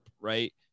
right